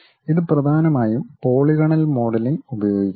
ഇത് പ്രധാനമായും polygonal modelling ഉപയോഗിക്കുന്നു